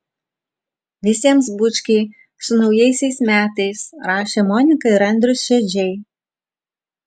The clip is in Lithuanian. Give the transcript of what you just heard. visiems bučkiai su naujaisiais metais rašė monika ir andrius šedžiai